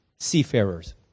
seafarers